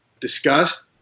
discussed